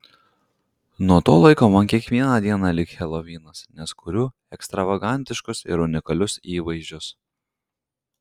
nuo to laiko man kiekviena diena lyg helovinas nes kuriu ekstravagantiškus ir unikalius įvaizdžius